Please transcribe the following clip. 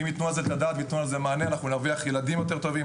אם ייתנו על זה את הדעת וייתנו לזה מענה אנחנו נרוויח ילדים טובים יותר,